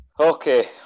Okay